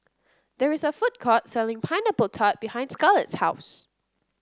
there is a food court selling Pineapple Tart behind Scarlett's house